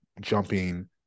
jumping